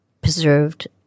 preserved